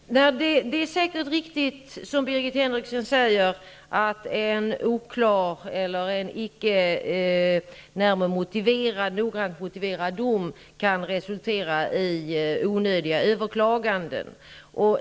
Herr talman! Det är säkert riktigt, som Birgit Henriksson säger, att en oklar eller en icke noggrant motiverad dom kan resultera i onödiga överklaganden.